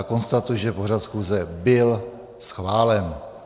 Konstatuji, že pořad schůze byl schválen.